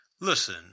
Listen